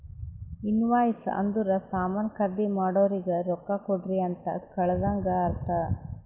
invoice ಅಂದುರ್ ಸಾಮಾನ್ ಖರ್ದಿ ಮಾಡೋರಿಗ ರೊಕ್ಕಾ ಕೊಡ್ರಿ ಅಂತ್ ಕಳದಂಗ ಅರ್ಥ